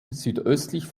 südöstlich